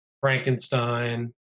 Frankenstein